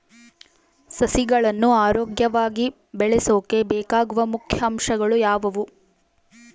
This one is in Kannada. ಸಸಿಗಳನ್ನು ಆರೋಗ್ಯವಾಗಿ ಬೆಳಸೊಕೆ ಬೇಕಾಗುವ ಮುಖ್ಯ ಅಂಶಗಳು ಯಾವವು?